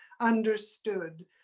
understood